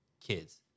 kids